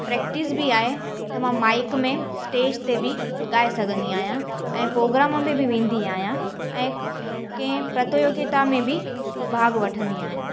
practice बि आहे त मां माइक में स्टेज ते बि ॻाए सघंदी आहियां ऐं प्रोग्राम में बि वेंदी आहियां ऐं कंहिं प्रतियोगिता में बि भाॻु वठंदी आहियां